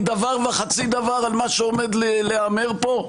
דבר וחצי דבר על מה שעומד להיאמר פה?